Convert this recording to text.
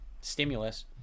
stimulus